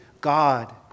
God